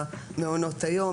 מעונות היום,